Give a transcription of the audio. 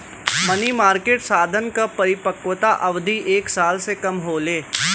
मनी market साधन क परिपक्वता अवधि एक साल से कम होले